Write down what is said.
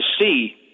see